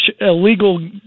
illegal